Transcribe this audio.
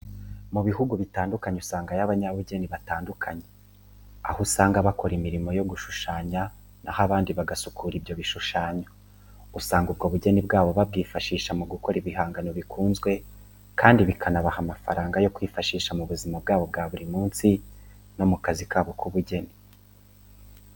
Mu bihugu bitandukanye usangayo abanyabugeni batandukanye, aho usanga bakora imirimo yo gushushanya na ho abandi bagasukura ibyo bishushanyo, usanga ubwo bugeni bwabo babwifashisha mu gukora ibihangano bikunzwe kandi bikanabaha amafaranga yo kwifashisha mu buzima bwabo bwa buri munsi no mu kazi kabo k'ubujyeni.